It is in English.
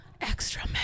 extra